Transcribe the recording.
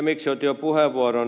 miksi otin puheenvuoron